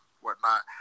whatnot